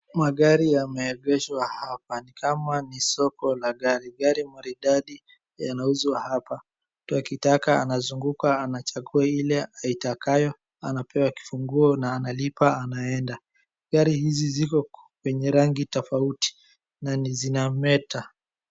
Magari yameengeshwa hapa. Ni kama ni soko la gari. Gari maridadi yanauzwa hapa. Mtu akitaka anazunguka anachangua ile aitakayo, anapewa kifunguo na analipa anaenda. Gari hizi ziko kwenye rangi tofauti na zinameta.